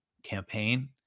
campaign